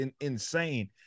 insane